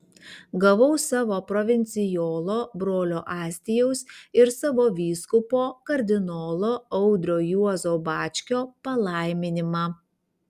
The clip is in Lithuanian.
gavau savo provincijolo brolio astijaus ir savo vyskupo kardinolo audrio juozo bačkio palaiminimą